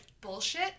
bullshit